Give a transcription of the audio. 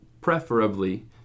preferably